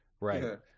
Right